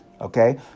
okay